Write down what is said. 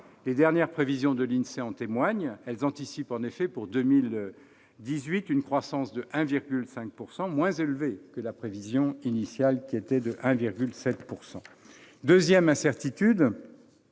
Les dernières prévisions de l'INSEE en témoignent ; elles anticipent en effet pour 2018 une croissance de 1,5 %, moins élevée que la prévision initiale de 1,7 %. Deuxième incertitude